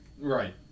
Right